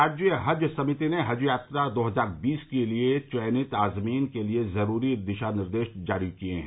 राज्य हज समिति ने हज यात्रा दो हज़ार बीस के लिए चयनित आज़मीन के लिए ज़रूरी दिशा निर्देश जारी किये हैं